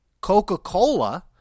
Coca-Cola